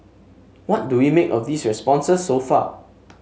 what do we make of these responses so far